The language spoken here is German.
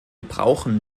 brauchen